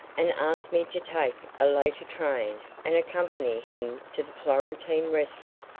and asked me to take a later train and accompany him to the florentine restaurant,